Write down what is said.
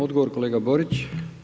Odgovor, kolega Borić.